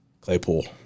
Claypool